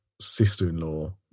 sister-in-law